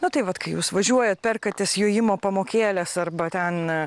nu tai vat kai jūs važiuojat perkatės jojimo pamokėles arba ten